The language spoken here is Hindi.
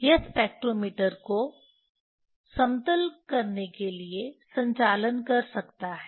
यह स्पेक्ट्रोमीटर को समतल करने के लिए संचालन कर सकता है